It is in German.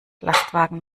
lastwagen